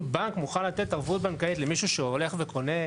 אם בנק מוכן לתת ערבות בנקאית למשהו שהולך וקונה,